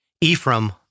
Ephraim